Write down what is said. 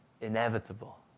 inevitable